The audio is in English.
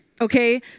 Okay